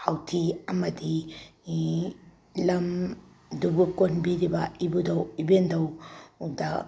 ꯍꯥꯎꯊꯤ ꯑꯃꯗꯤ ꯂꯝꯗꯨꯕꯨ ꯀꯣꯟꯕꯤꯔꯤꯕ ꯏꯕꯨꯙꯧ ꯏꯕꯦꯟꯙꯧꯗ